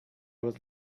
was